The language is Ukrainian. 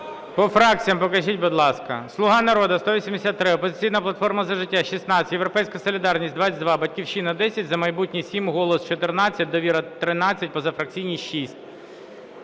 По фракціях покажіть, будь ласка. "Слуга народу" – 183, "Опозиційна платформа – За життя" – 16, "Європейська солідарність" – 22, "Батьківщина" – 10, "За майбутнє" – 7, "Голос" – 14, "Довіра" – 13, позафракційні –